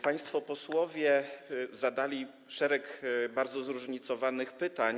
Państwo posłowie zadali szereg bardzo zróżnicowanych pytań.